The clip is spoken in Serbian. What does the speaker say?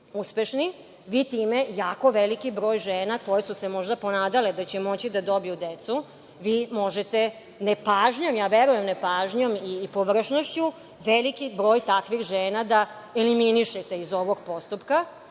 uspešni, vi time jako veliki broj žena koje su se možda ponadale da će moći da dobiju decu, vi možete nepažnjom, ja verujem nepažnjom i površnošću, veliki broj takvih žena da eliminišete iz ovog postupka